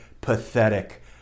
pathetic